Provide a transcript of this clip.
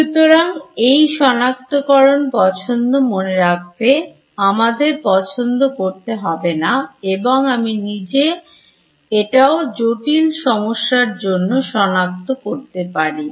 সুতরাং এই সনাক্তকরণ পছন্দ মনে রাখবে আমাদের পছন্দ করতে হবে না এবং আমি নিজে এটাও জটিল সমস্যার জন্য শনাক্ত করতে পারি